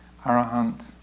Arahant